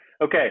Okay